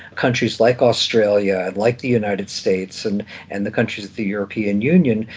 countries like australia, like the united states, and and the countries of the european union,